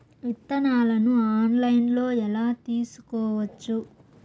విత్తనాలను ఆన్లైన్లో ఎలా తీసుకోవచ్చు